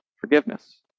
forgiveness